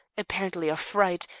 apparently of fright,